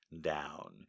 down